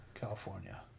California